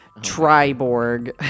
Triborg